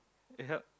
eh help